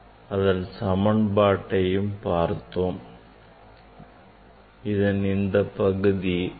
அதன் சமன்பாடு 1 by a plus 1 by b equal to m lambda by S m square